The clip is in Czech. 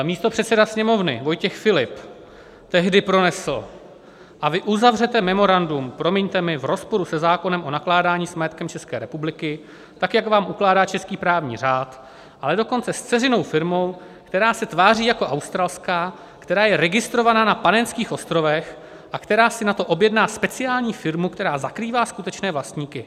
Místopředseda Sněmovny Vojtěch Filip tehdy pronesl: A vy uzavřete memorandum, promiňte mi, v rozporu se zákonem o nakládání s majetkem České republiky, tak jak vám ukládá český právní řád, ale dokonce s dceřinou firmou, která se tváří jako australská, která je registrovaná na Panenských ostrovech a která si na to objedná speciální firmu, která zakrývá skutečné vlastníky.